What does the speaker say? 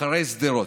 אחרי שדרות.